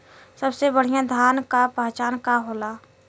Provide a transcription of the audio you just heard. सबसे बढ़ियां धान का पहचान का होला?